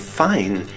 fine